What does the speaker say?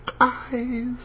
eyes